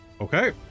Okay